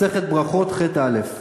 מסכת ברכות ח', א'.